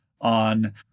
on